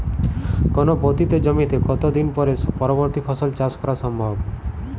কোনো পতিত জমিতে কত দিন পরে পরবর্তী ফসল চাষ করা সম্ভব?